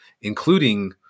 Including